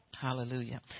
Hallelujah